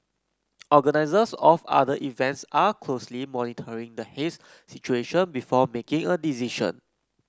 organisers of other events are closely monitoring the haze situation before making a decision